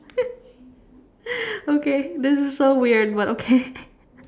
okay this is so weird but okay